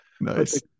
nice